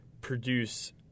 produce